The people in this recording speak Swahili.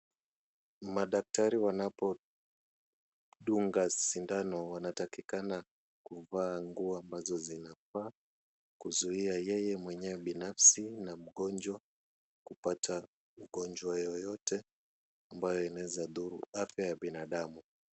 Madaktari wanapodunga sindano wanatakikana kuvaa nguo ambazo zinafaa, kuzuia yeye mwenyewe binafsi na mgonjwa kupata ugonjwa yoyote ambayo inawezadhuru afya ya binadamu.